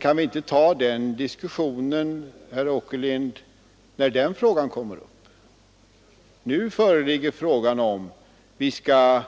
Kan vi inte ta den diskussionen när den frågan kommer upp, herr Åkerlind? Nu föreligger frågan huruvida